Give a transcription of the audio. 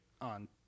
on